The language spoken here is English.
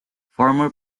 former